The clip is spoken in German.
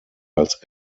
als